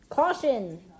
Caution